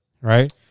right